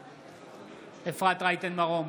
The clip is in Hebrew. בעד אפרת רייטן מרום,